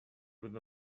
with